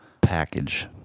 package